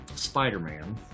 Spider-Man